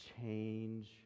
change